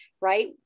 right